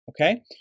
okay